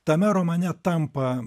tame romane tampa